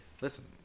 listen